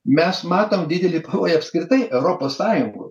mes matom didelį pavojų apskritai europos sąjungoj